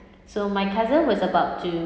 so my cousin was about to